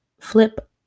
flip